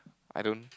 I don't